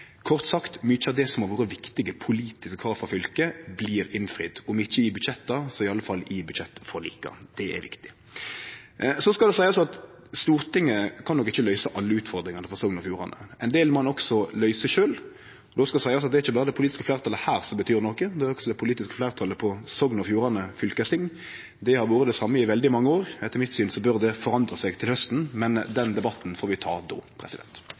Kort sagt: Mykje av det som har vore viktige politiske krav frå fylket, blir innfridd, om ikkje i budsjetta, så iallfall i budsjettforlika. Det er viktig. Så skal det seiast at Stortinget kan nok ikkje løyse alle utfordringane for Sogn og Fjordane, ein del må ein også løyse sjølv. Då skal det seiast at det er ikkje berre det politiske fleirtalet her som betyr noko, det gjer også det politiske fleirtalet på Sogn og Fjordane fylkesting. Det har vore det same i veldig mange år, og etter mitt syn bør det forandre seg til hausten, men den debatten får vi ta då.